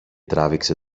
τράβηξε